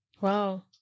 Wow